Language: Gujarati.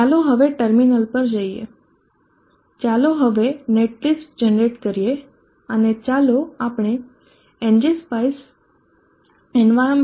ચાલો હવે ટર્મિનલ પર જઈએ ચાલો હવે નેટલિસ્ટ જનરેટ કરીએ અને ચાલો આપણે ngspecie environment